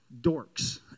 dorks